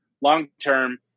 long-term